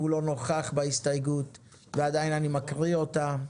הוא לא נוכח בדיון ועדיין אני מקריא אותה.